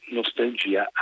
nostalgia